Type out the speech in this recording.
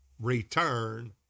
return